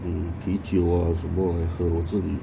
mm 啤酒啊什么来喝我真